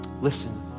Listen